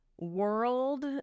world